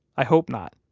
i hope not.